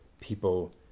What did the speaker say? people